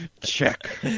Check